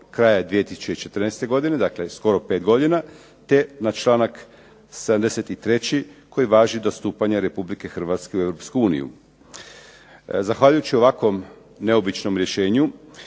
kraja 2014. godine, dakle skoro 5 godine, te na članak 73. koji važi do stupanja Republike Hrvatske u Europsku uniju. Zahvaljujući ovakvom neobičnom rješenju,